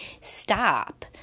stop